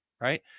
right